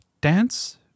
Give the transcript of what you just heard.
dance